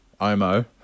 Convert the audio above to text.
Omo